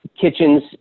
kitchens